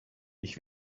ich